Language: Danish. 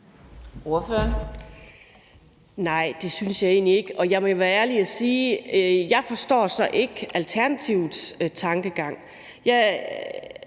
(V): Nej, det synes jeg egentlig ikke. Og jeg vil være ærlig at sige: Jeg forstår så ikke Alternativets tankegang.